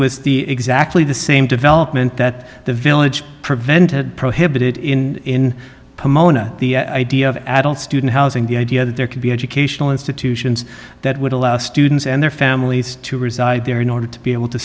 was the exactly the same development that the village prevented prohibited in pomona the idea of adult student housing the idea that there could be educational institutions that would allow students and their families to reside there in order to be able to